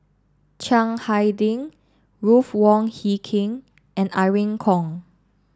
Chiang Hai Ding Ruth Wong Hie King and Irene Khong